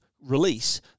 release